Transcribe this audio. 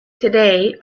today